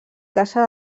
caça